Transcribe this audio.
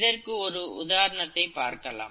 இதற்கு ஒரு உதாரணத்தை பார்க்கலாம்